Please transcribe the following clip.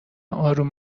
آروم